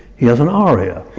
he has an aria!